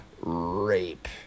rape